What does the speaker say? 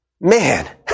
Man